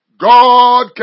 God